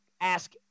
ask